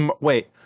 wait